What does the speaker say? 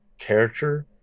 character